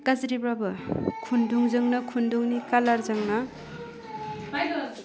गारज्रिबाबो खुनदुंजोंनो खुन्दुंनि कालारजोंनो